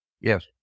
Yes